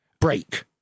break